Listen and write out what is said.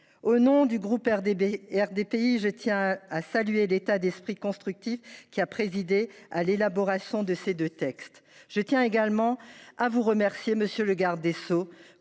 et indépendants (RDPI), je tiens à saluer l’état d’esprit constructif qui a présidé à l’élaboration de ces deux textes. Je tiens également à vous remercier, monsieur le garde des sceaux,